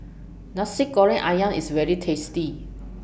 Nasi Goreng Ayam IS very tasty